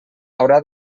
haurà